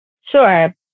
Sure